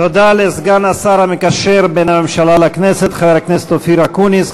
תודה לסגן השר המקשר בין הממשלה לכנסת חבר הכנסת אופיר אקוניס.